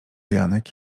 janek